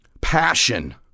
passion